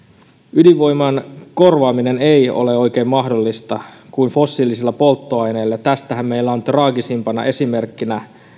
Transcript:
ydinvoiman korvaaminen ei ole oikein mahdollista kuin fossiilisilla polttoaineilla tästähän meillä on traagisimpana esimerkkinä